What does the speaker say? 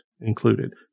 included